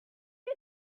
you